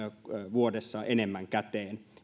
vuodessa enemmän käteen